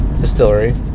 distillery